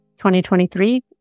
2023